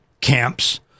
camps